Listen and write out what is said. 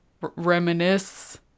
reminisce